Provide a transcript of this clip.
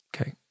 okay